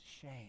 shame